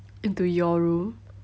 into your room